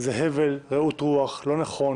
זה הבל, רעות רוח, לא נכון.